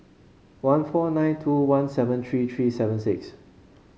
one four nine two one seven three three seven six